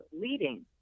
leading